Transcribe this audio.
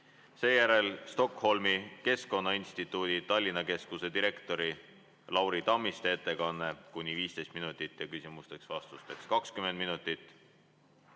Seejärel on Stockholmi Keskkonnainstituudi Tallinna Keskuse direktori Lauri Tammiste ettekanne kuni 15 minutit ja küsimusteks-vastusteks 20 minutit.